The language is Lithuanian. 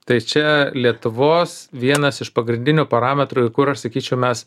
tai čia lietuvos vienas iš pagrindinių parametrų kur sakyčiau mes